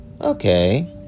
Okay